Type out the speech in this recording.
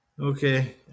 Okay